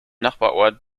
nachbarort